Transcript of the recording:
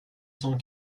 cent